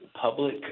public